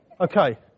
Okay